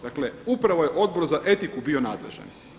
Dakle, upravo je Odbor za etiku bio nadležan.